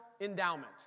endowment